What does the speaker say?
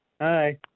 Hi